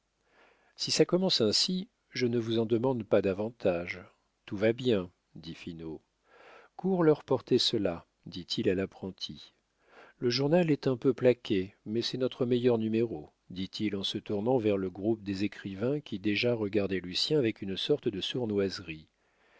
si ça commence ainsi je ne vous en demande pas davantage tout va bien dit finot cours leur porter cela dit-il à l'apprenti le journal est un peu plaqué mais c'est notre meilleur numéro dit-il en se tournant vers le groupe des écrivains qui déjà regardaient lucien avec une sorte de sournoiserie